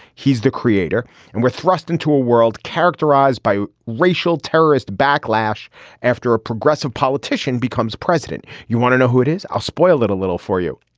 he's the creator and we're thrust into a world characterized by racial terrorist backlash after a progressive politician becomes president. you want to know who it is i'll spoil it a little for you.